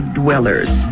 dwellers